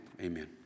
Amen